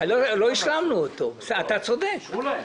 והזמנו גם את משרד המשפטים להיות שותף לדיונים